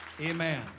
amen